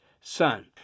Son